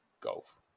golf